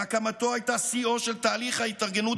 והקמתו הייתה שיאו של תהליך ההתארגנות